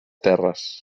terres